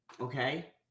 Okay